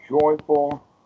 joyful